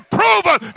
proven